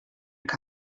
que